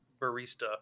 barista